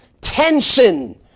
tension